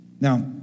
Now